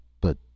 But